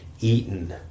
eaten